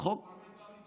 אתה מכיר עוד דמוקרטיה אחת,